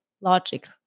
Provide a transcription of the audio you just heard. logic